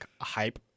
hype